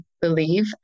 believe